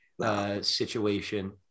Situation